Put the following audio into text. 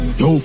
yo